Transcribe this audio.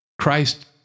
Christ